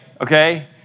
okay